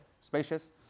spacious